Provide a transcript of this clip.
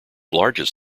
largest